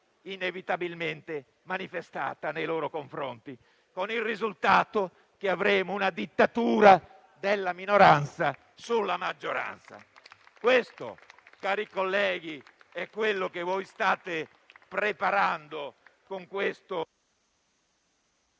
inevitabilmente manifestata nei loro confronti. Con il risultato che avremo una dittatura della minoranza sulla maggioranza. Cari colleghi, questo state preparando con questo...